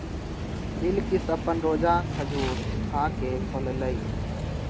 बिलकिश अप्पन रोजा खजूर खा के खोललई